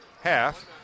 half